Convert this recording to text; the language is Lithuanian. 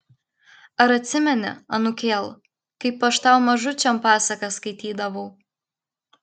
ar atmeni anūkėl kaip aš tau mažučiam pasakas skaitydavau